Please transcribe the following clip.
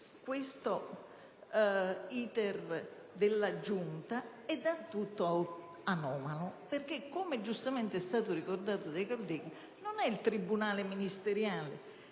seguito dalla Giunta è del tutto anomala. Infatti, come giustamente è stato ricordato dai colleghi, non è il tribunale ministeriale